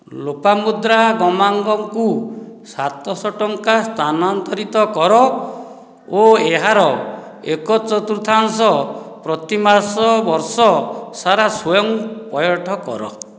ଲୋପାମୁଦ୍ରା ଗମାଙ୍ଗ ଙ୍କୁ ସାତଶହ ଟଙ୍କା ସ୍ଥାନାନ୍ତରିତ କର ଓ ଏହାର ଏକ ଚତୁର୍ଥାଂଶ ପ୍ରତିମାସ ବର୍ଷ ସାରା ସ୍ଵୟଂ ପଇଠ କର